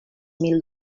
mil